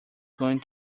going